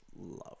Love